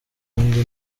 burundi